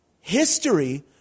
history